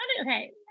okay